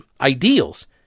ideals